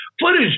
footage